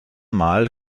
mal